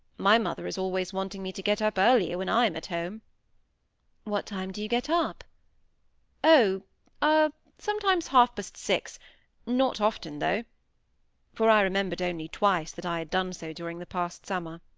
my mother is always wanting me to get up earlier when i am at home what time do you get up oh ah sometimes half-past six not often though for i remembered only twice that i had done so during the past summer.